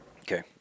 Okay